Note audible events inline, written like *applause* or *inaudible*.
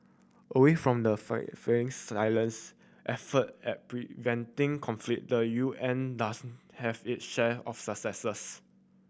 away from the *unintelligible* very silence effort at preventing conflict the U N does have it share of successes